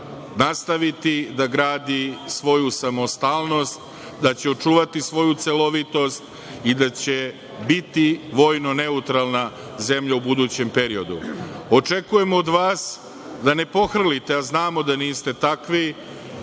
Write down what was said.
nastaviti da gradi svoju samostalnost, da će očuvati svoju celovitost i da će biti vojno neutralna zemlja u budućem periodu. Očekujem od vas da ne pohrlite, a znamo da niste takvi,